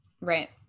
Right